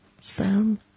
sound